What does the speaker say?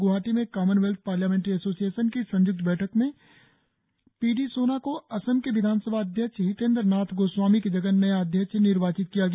ग्वाहाटी में Commonwealth parliamentary association की संयुक्त बैठक में पी डी सोना को असम के विधानसभा अध्यक्ष हितेंद्र नाथ गोस्वामी की जगह नया अध्यक्ष निर्वाचित किया गया